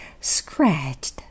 scratched